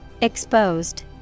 Exposed